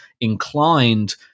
inclined